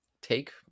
take